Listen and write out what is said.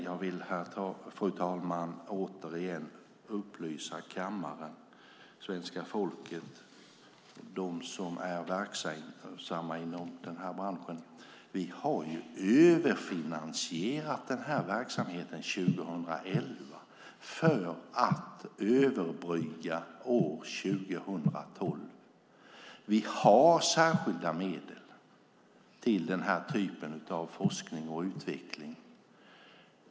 Jag vill återigen upplysa kammaren, svenska folket och de som är verksamma inom denna bransch om att vi har överfinansierat denna verksamhet 2011 för att överbrygga år 2012. Vi har särskilda medel till denna typ av forskning och utveckling.